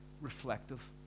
reflective